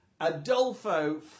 Adolfo